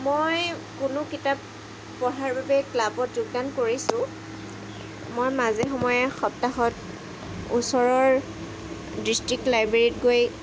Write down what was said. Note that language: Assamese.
মই কোনো কিতাপ পঢ়াৰ বাবে ক্লাবত যোগদান কৰিছোঁ মই মাজে সময়ে সপ্তাহত ওচৰৰ ড্ৰিষ্ট্ৰিক্ট লাইব্ৰেৰীত গৈ